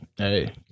Hey